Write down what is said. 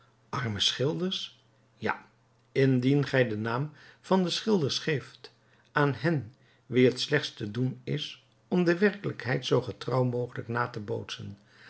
arme schilders ja indien gij den naam van schilders geeft aan hen wien het slechts te doen is om de werkelijkheid zoo getrouw mogelijk na te bootsen